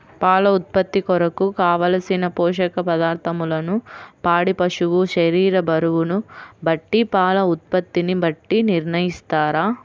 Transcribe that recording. పాల ఉత్పత్తి కొరకు, కావలసిన పోషక పదార్ధములను పాడి పశువు శరీర బరువును బట్టి పాల ఉత్పత్తిని బట్టి నిర్ణయిస్తారా?